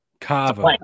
Kava